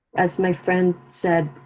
as my friend said,